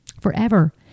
forever